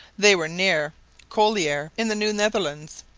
they were near corlaer in the new netherlands,